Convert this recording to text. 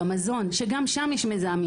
במזון שגם שם יש מזהמים,